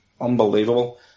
unbelievable